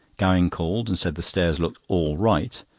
gowing called, and said the stairs looked all right,